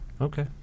Okay